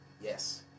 yes